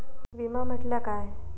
विमा म्हटल्या काय?